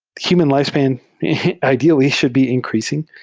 human lifespan ideally should be increasing.